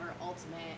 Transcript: ultimate